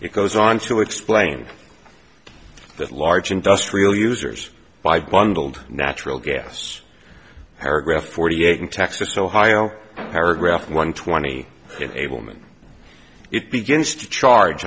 it goes on to explain that large industrial users buy bundled natural gas paragraph forty eight in texas ohio paragraph one twenty enablement it begins to charge